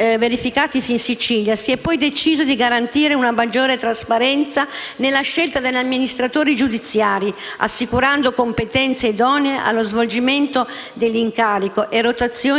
verificatisi in Sicilia, si è poi deciso di garantire una maggiore trasparenza nella scelta degli amministratori giudiziari, assicurando competenze idonee allo svolgimento dell'incarico e rotazione degli stessi.